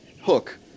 Hook